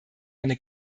eine